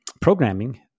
programming